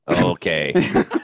Okay